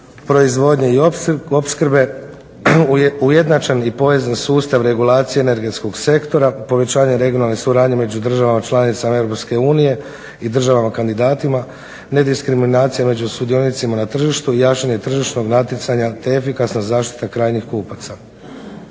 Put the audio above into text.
proizvodnje i opskrbe, ujednačen i povezan sustav regulacije energetskog sektora, povećanje regionalne suradnje među državama članicama EU i državama kandidatima, nediskriminacija među sudionicima na tržištu i jačanje tržišnog natjecanja, te efikasna zaštita krajnjih kupaca.